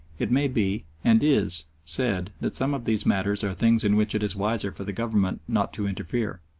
it may be, and is, said that some of these matters are things in which it is wiser for the government not to interfere.